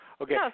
Okay